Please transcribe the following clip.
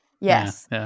Yes